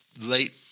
late